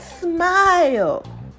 Smile